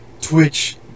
Twitch